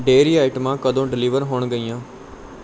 dairy ਆਈਟਮਾਂ ਕਦੋਂ deliver ਹੋਣਗੀਆਂ